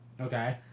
Okay